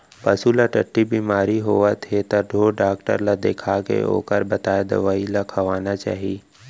पसू ल टट्टी बेमारी होवत हे त ढोर डॉक्टर ल देखाके ओकर बताए दवई ल खवाना चाही